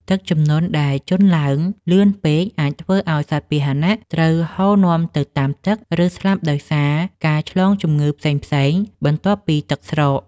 ទឹកជំនន់ដែលជន់ឡើងលឿនពេក អាចធ្វើឱ្យសត្វពាហនៈត្រូវហូរនាំទៅតាមទឹក ឬស្លាប់ដោយសារការឆ្លងជំងឺផ្សេងៗបន្ទាប់ពីទឹកស្រក។